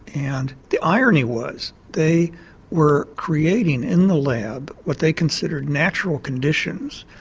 and the irony was they were creating in the lab what they considered natural conditions.